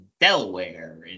Delaware